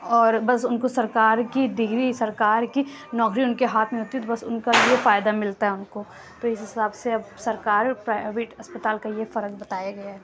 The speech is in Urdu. اور بس ان کو سرکار کی ڈگری سرکار کی نوکری ان کے ہاتھ میں ہوتی ہے بس ان کا یہ فائدہ ملتا ہے ان کو تو اس حساب سے اب سرکار پرائیوٹ اسپتال کا یہ فرق بتایا گیا ہے